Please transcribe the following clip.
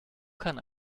kann